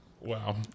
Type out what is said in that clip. wow